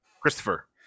Christopher